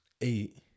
eight